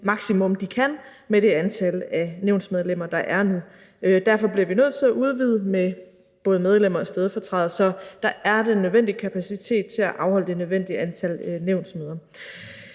maksimum, de kan klare, med det antal af nævnsmedlemmer, der er der nu. Derfor bliver vi nødt til at udvide i forhold til både medlemmer og stedfortrædere, så der er den nødvendige kapacitet til at afholde det nødvendige antal nævnsmøder.